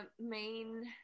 main